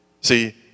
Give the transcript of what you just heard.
See